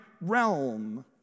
realm